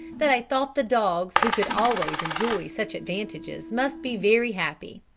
that i thought the dogs who could always enjoy such advantages must be very happy.